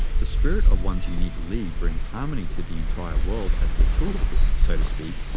the spirit of one's unique li brings harmony to the entire world as the tool, so to speak,